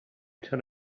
tell